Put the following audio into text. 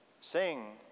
sing